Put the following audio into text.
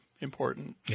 important